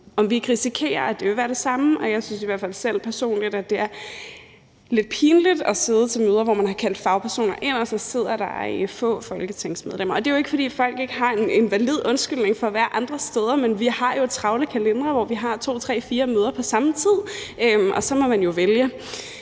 om vi ikke risikerer, at det vil være det samme. Jeg synes i hvert fald personligt, at det er lidt pinligt at sidde til møder, hvor man har kaldt fagpersoner ind og der så sidder få folketingsmedlemmer. Og det er jo ikke, fordi folk ikke har en valid undskyldning for at være andre steder, for vi har jo travle kalendere, hvor vi har to, tre eller fire møder på samme tid, og så må man jo vælge.